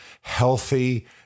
healthy